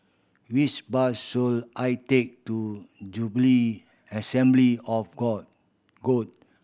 which bus should I take to Jubilee Assembly of God